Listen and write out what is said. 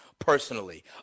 Personally